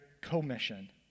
commission